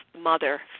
mother